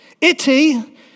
Itty